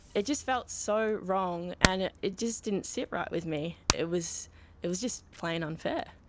it just felt so wrong and it it just didn't sit right with me, it was it was just plain unfair.